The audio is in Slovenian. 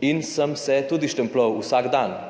in sem se tudi štempljal vsak dan